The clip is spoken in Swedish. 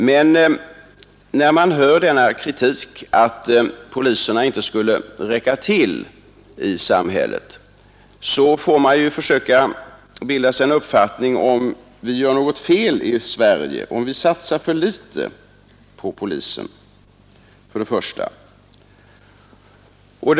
Men när man hör kritiken att polisernas antal i samhället inte skulle räcka till, så får man först söka bilda sig en uppfattning om vi gör något fel i Sverige, om vi satsar för litet på polisväsendet.